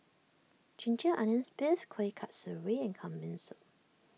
Ginger Onions Beef Kueh Kasturi and Kambing Soup